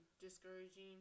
discouraging